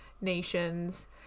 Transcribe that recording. nations